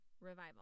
revival